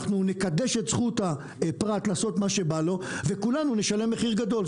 ואנחנו נקדש את זכות הפרט לעשות מה שבא לו וכולנו נשלם מחיר גדול.